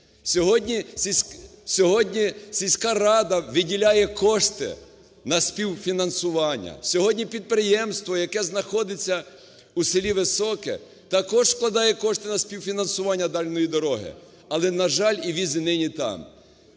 Сьогодні сільська рада виділяє кошти наспівфінансування. Сьогодні підприємство, яке знаходиться у селі Високе, також складає кошти на співфінансування дальньої дороги, але на жаль, віз і нині там.